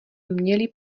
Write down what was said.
měli